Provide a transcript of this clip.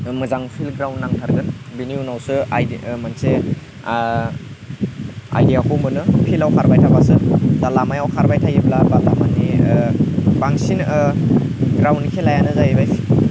मोजां field ground नांथारगोन बेनि उनावसो मोनसे आइडियाखौ मोनो फिल्डआव खारबाय थाबासो एबा लामायाव खारबाय थायोब्ला माने बांसिन ग्राउण्ड खेलायानो जाहैबाय